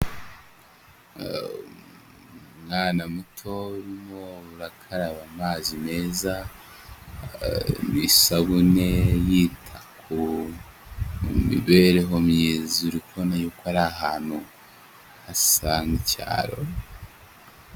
Umwana muto urimo urakaraba amazi meza n'isabune yita ku mibereho myiza, uri kubona yuko ari ahantu hasa n'icyaro.